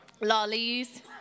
Lollies